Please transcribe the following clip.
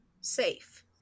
safe